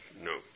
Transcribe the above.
no